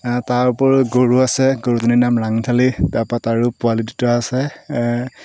তাৰ ওপৰিও গৰু আছে গৰুজনীৰ নাম ৰাংঢালী তাৰ পৰা তাৰো পোৱালী দুটা আছে